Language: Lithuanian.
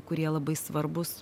kurie labai svarbūs